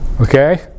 Okay